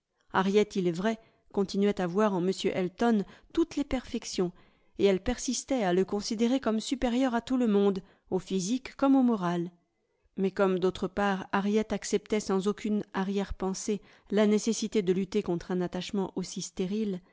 harriet il est vrai continuait à voir en m elton toutes les perfections et elle persistait à le considérer comme supérieur à tout le monde au physique comme au moral mais comme d'autre part harriet acceptait sans aucune arrière-pensée la nécessité de lutter contre un attachement aussi